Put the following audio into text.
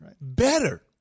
better